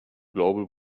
global